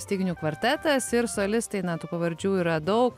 styginių kvartetas ir solistai na tų pavardžių yra daug